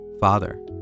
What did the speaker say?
Father